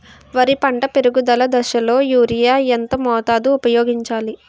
వరి పంట పెరుగుదల దశలో యూరియా ఎంత మోతాదు ఊపయోగించాలి?